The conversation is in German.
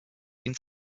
ihnen